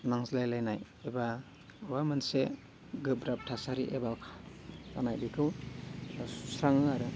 नांज्लायलायनाय एबा माबा मोनसे गोब्राब थासारि एबा जानाय बेखौ सुस्राङो आरो